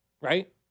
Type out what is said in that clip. Right